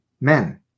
men